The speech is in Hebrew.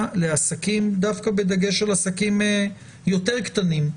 לעסקים דווקא בדגש על עסקים יותר קטנים,